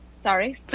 sorry